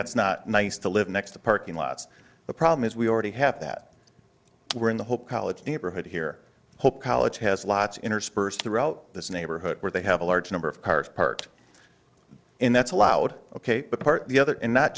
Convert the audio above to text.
that's not nice to live next to parking lots the problem is we already have that we're in the whole college neighborhood here hope college has lots interspersed throughout this neighborhood where they have a large number of cars parked in that's allowed ok but part the other and not